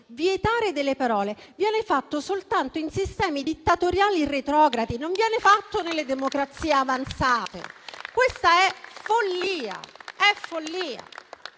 Vietare delle parole viene fatto soltanto in sistemi dittatoriali e retrogradi; non viene fatto nelle democrazie avanzate. Questa è follia.